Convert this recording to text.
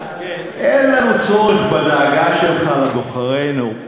אין לנו צורך בדאגה שלך לבוחרינו,